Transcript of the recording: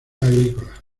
agrícola